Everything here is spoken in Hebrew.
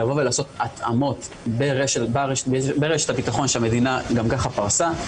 לבוא ולעשות התאמות ברשת הביטחון שהמדינה גם ככה פרסה,